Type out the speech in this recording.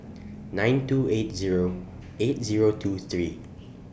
nine two eight Zero eight Zero two three